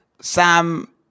Sam